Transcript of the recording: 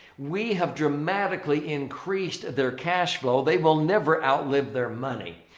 we have dramatically increased their cash flow. they will never outlive their money.